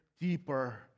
deeper